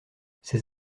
ces